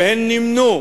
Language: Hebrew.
והן נמנו.